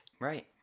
Right